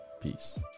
Peace